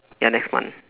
ya next month